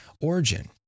origin